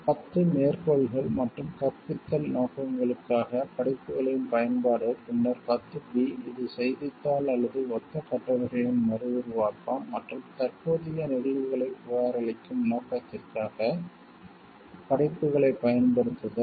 10 மேற்கோள்கள் மற்றும் கற்பித்தல் நோக்கங்களுக்காகப் படைப்புகளின் பயன்பாடு பின்னர் 10 பி இது செய்தித்தாள் அல்லது ஒத்த கட்டுரைகளின் மறுஉருவாக்கம் மற்றும் தற்போதைய நிகழ்வுகளைப் புகாரளிக்கும் நோக்கத்திற்காக படைப்புகளைப் பயன்படுத்துதல்